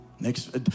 Next